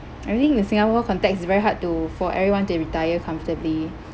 I think in the singapore context is very hard to for everyone to retire comfortably